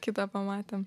kitą pamatėm